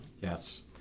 yes